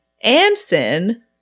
Anson